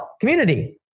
community